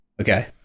Okay